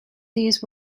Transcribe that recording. these